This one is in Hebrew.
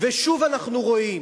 ושוב אנחנו רואים